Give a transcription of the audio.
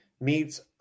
meets